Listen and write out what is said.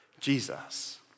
Jesus